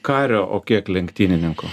kario o kiek lenktynininko